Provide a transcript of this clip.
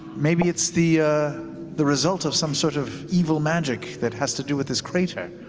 maybe it's the the result of some sort of evil magic that has to do with this crater?